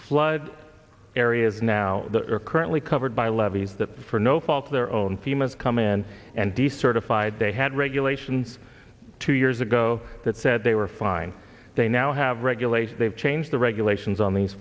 flood areas now that are currently covered by levees that for no fault of their own femurs come in and decertified they had regulations two years ago that said they were fine they now have regulations they've changed the regulations on these